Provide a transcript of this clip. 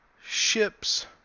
ships